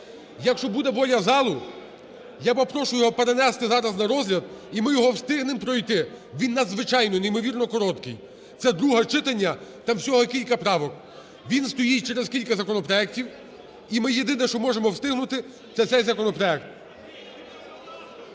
Якщо буде воля залу, я попрошу його перенести зараз на розгляд, і ми його встигнемо пройти. Він надзвичайно, неймовірно короткий. Це друге читання, там всього кілька правок. Він стоїть через кілька законопроектів. І ми єдине, що можемо встигнути, це цей законопроект.